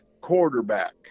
quarterback